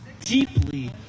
deeply